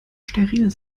steril